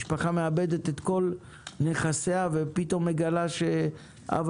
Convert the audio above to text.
משפחה מאבדת את כל נכסיה ופתאום מגלה שאב